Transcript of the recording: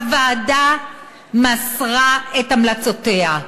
הוועדה מסרה את המלצותיה.